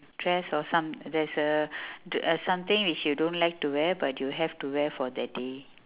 dress or some there's a dr~ something which you don't like to wear but you have to wear for that day